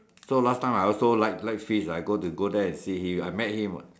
so last time I also like like fish what so I go there and see him I met him what